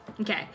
Okay